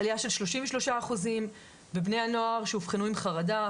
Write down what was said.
עליה של 33 אחוזים בבני הנוער שאובחנו עם חרדה,